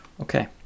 Okay